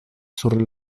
sur